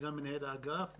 סגן מנהל האגף,